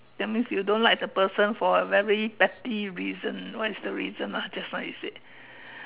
that means you don't like the person for a very petty reason what is the reason lah just now you said